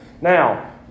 Now